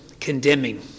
condemning